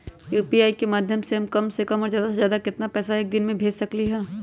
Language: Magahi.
यू.पी.आई के माध्यम से हम कम से कम और ज्यादा से ज्यादा केतना पैसा एक दिन में भेज सकलियै ह?